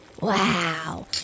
Wow